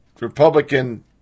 Republican